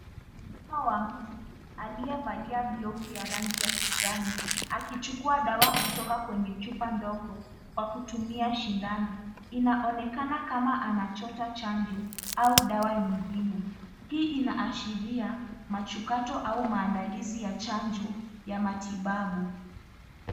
Mkono wa mtu aliyevalia glovu ya kijani, akichukua dawa kutoka kwenye chupa ndogo kwa kutumia shindano. Inaonekana kama anachota chanjo au dawa nyingione. Hii inaashiria machukato au maandalizi ya chanjo ya matibabu.